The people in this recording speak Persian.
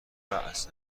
راس